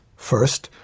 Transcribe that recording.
first,